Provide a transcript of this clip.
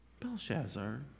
Belshazzar